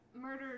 murdered